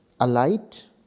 Alight